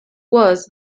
was